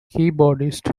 keyboardist